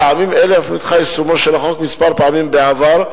מטעמים אלה אף נדחה יישומו של החוק כמה פעמים בעבר,